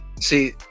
see